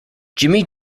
jimi